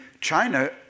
China